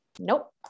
nope